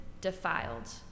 defiled